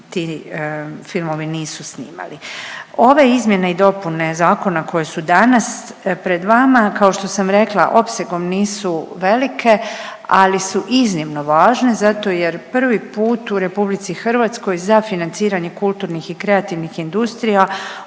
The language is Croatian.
ti filmovi nisu snimali. Ove izmjene i dopune zakona koje su danas pred vama kao što sam rekla opsegom nisu velike, ali su iznimno važne zato jer prvi put u RH za financiranje kulturnih i kreativnih industrija